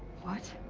what?